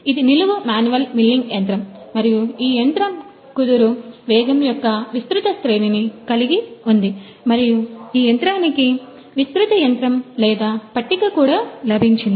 ఇది నిలువు manual milling యంత్రం మరియు ఈ యంత్రం కుదురు వేగం యొక్క విస్తృత శ్రేణిని కలిగి ఉంది మరియు ఈ యంత్రానికి విస్తృత యంత్రం లేదా పట్టిక కూడా లభించింది